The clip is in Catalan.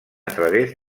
través